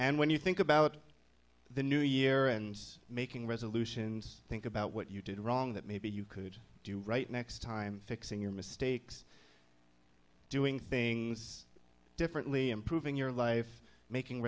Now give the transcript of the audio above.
and when you think about the new year and making resolutions think about what you did wrong that maybe you could do right next time fixing your mistakes doing things differently improving your life making